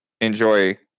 enjoy